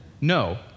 No